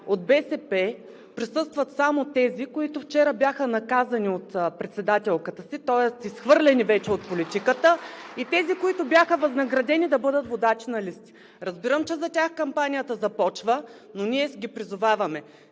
от БСП присъстват само тези, които вчера бяха наказани от председателката си, тоест изхвърлени вече от политиката (ръкопляскания от ВОЛЯ и ГЕРБ), и тези, които бяха възнаградени да бъдат водачи на листи. Разбирам, че за тях кампанията започва, но ние ги призоваваме